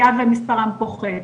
היה ומספרם פוחת.